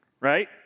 right